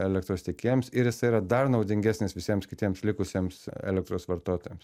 elektros tiekėjams ir jisai yra dar naudingesnis visiems kitiems likusiems elektros vartotojams